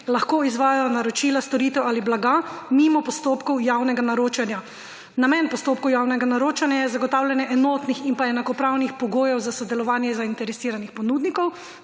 lahko izvajajo naročila storitev ali blaga mimo postopkovno javnega naročanja? Namen postopkov javnega naročanja je zagotavljanje enotnih in pa enakopravnih pogojev za sodelovanje zainteresiranih ponudnikov,